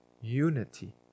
unity